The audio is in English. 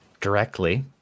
directly